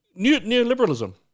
Neoliberalism